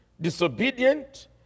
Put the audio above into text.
disobedient